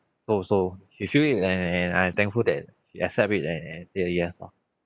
so so she feel it and and I'm thankful that accept it and and say yes lor